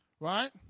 Right